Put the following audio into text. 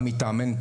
גם מטעמנו,